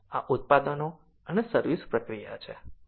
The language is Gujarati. આ ઉત્પાદનો અને સર્વિસ પ્રક્રિયા છે